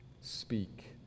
Speak